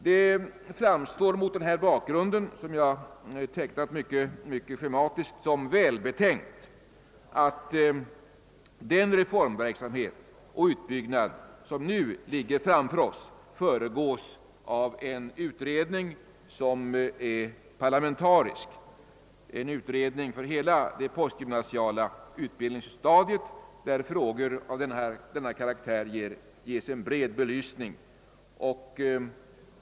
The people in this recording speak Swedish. Det framstår mot denna bakgrund, som jag tecknat mycket schematiskt, såsom välbetänkt att den reformverksamhet och utbyggnad av universitetsväsendet som nu ligger framför oss, föregås av en parlamentarisk utredning, en utredning för hela det postgymnasiala utbildningsstadiet, där frågor av denna karaktär ges en bred belysning.